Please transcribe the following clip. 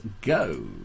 go